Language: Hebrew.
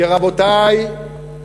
כי, רבותי,